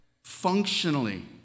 Functionally